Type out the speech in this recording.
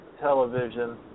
television